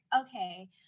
okay